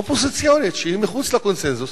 אופוזיציונית, שהיא מחוץ לקונסנזוס.